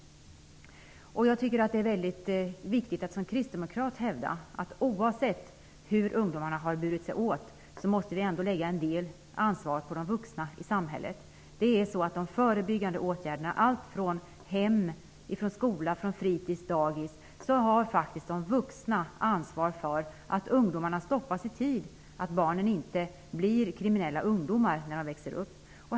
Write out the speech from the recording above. Som kristdemokrat tycker jag att det är väldigt viktigt att hävda att vi, oavsett hur ungdomar har burit sig åt, måste lägga en del av ansvaret på de vuxna i samhället. När det gäller förebyggande åtgärder -- det gäller då hela vägen från hem, skola, fritis och dagis -- har de vuxna faktiskt ansvar för att ungdomar stoppas i tid, så att barnen inte blir kriminella ungdomar när de växer upp.